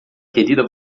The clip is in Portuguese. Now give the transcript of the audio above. querida